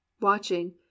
watching